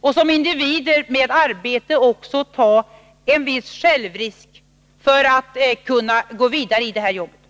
och som individer med arbete också ta en viss självrisk för att gå vidare i detta arbete.